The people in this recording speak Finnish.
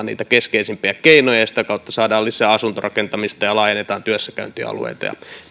niitä keskeisimpiä keinoja ja sitä kautta saadaan lisää asuntorakentamista ja laajennetaan työssäkäyntialueita ja